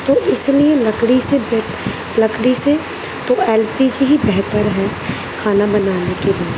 تو اس لیے لکڑی سے بیٹ لکڑی سے تو ایل پی جی ہی بہتر ہے کھانا بنانے کے لیے